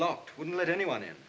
locked wouldn't let anyone in